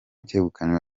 cyegukanywe